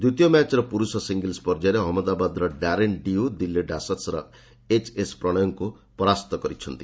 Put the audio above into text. ଦ୍ୱିତୀୟ ମ୍ୟାଚ୍ର ପୁରୁଷ ସିଙ୍ଗିଲ୍ସ ପର୍ଯ୍ୟାୟରେ ଅହନ୍ମଦାବାଦର ଡ୍ୟାରେନ୍ ଡିୟୁ ଦିଲ୍ଲୀ ଡ୍ୟାସର୍ସର ଏଚ୍ଏସ୍ ପ୍ରଣୟଙ୍କୁ ପରାସ୍ତ କରିଛନ୍ତି